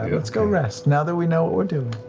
ah yeah let's go rest now that we know what we're doing.